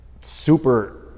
super